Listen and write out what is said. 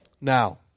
Now